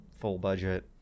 full-budget